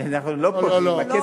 אבל אנחנו עוד לא פוגעים, לא, לא, לא.